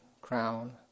crown